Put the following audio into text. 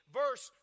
verse